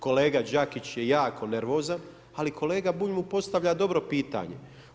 Kolega Đakić je jako nervozan, ali kolega Bulj mu postavlja dobro pitanje.